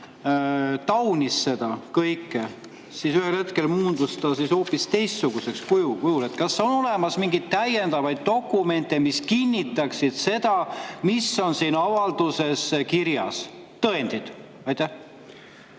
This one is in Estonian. taunis seda kõike, siis ühel hetkel muundus see hoopis teistsugusele kujule. Kas on olemas mingeid täiendavaid dokumente, mis kinnitaksid seda, mis on avalduses kirjas, tõendeid? Aitäh!